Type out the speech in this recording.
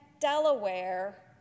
Delaware